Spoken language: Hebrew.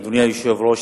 אדוני היושב-ראש,